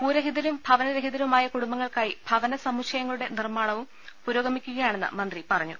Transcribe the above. ഭൂരഹിതരും ഭവനരഹിതരുമായ കുടുംബങ്ങൾക്കായി ഭവന സമുച്ചയങ്ങളുടെ നർമാണവും പുരോഗമിക്കുകയാണെന്നും മന്ത്രി പറഞ്ഞു